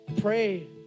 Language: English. Pray